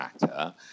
matter